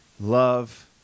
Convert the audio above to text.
love